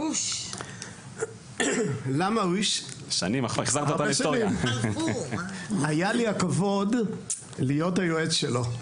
היה לי הכבוד להיות היועץ שלו.